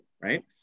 right